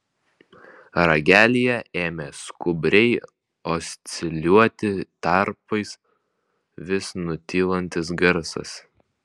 ragelyje ėmė skubriai osciliuoti tarpais vis nutylantis garsas